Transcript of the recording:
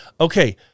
Okay